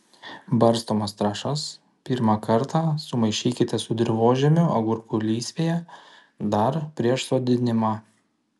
barstomas trąšas pirmą kartą sumaišykite su dirvožemiu agurkų lysvėje dar prieš sodinimą